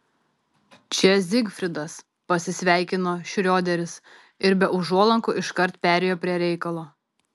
čia zigfridas pasisveikino šrioderis ir be užuolankų iškart perėjo prie reikalo